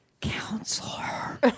counselor